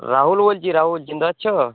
রাহুল বলছি রাহুল চিনতে পারছ